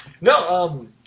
No